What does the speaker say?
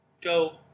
go